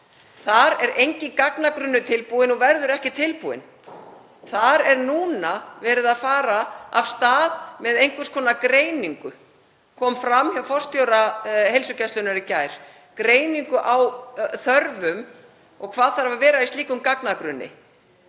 Þar er enginn gagnagrunnur tilbúinn og verður ekki tilbúinn. Þar er núna verið að fara af stað með einhvers konar greiningu, kom fram hjá forstjóra heilsugæslunnar í gær, greiningu á þörfum og hvað þurfi að vera í slíkum gagnagrunni.